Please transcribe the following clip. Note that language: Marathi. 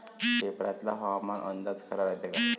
पेपरातला हवामान अंदाज खरा रायते का?